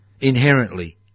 inherently